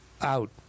out